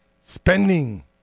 spending